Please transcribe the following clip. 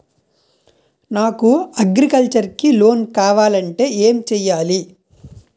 నాకు అగ్రికల్చర్ కి లోన్ కావాలంటే ఏం చేయాలి?